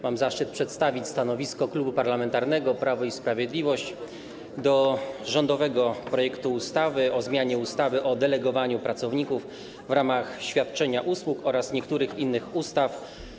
Mam zaszczyt przedstawić stanowisko Klubu Parlamentarnego Prawo i Sprawiedliwość odnośnie do rządowego projektu ustawy o zmianie ustawy o delegowaniu pracowników w ramach świadczenia usług oraz niektórych innych ustaw.